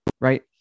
right